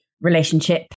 relationship